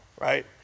right